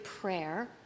prayer